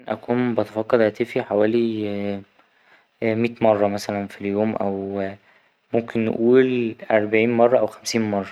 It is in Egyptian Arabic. أكون بتفقد هاتفي حوالي ميت مرة مثلا في اليوم أو ممكن نقول أربعين مرة أو خمسين مرة